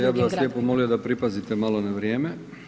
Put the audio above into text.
Ja bih vas lijepo molio da pripazite malo na vrijeme.